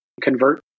convert